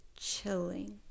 chilling